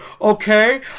Okay